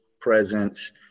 presence